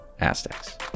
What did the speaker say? Aztecs